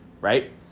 right